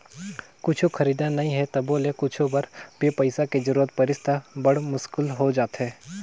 कुछु खरीदना नइ हे तभो ले कुछु बर भी पइसा के जरूरत परिस त बड़ मुस्कुल हो जाथे